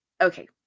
Okay